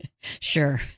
Sure